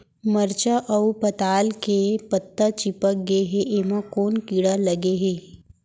मरचा अऊ पताल के पत्ता चिपक गे हे, एमा कोन कीड़ा लगे है?